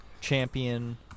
champion